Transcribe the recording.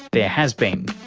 there has been.